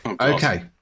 Okay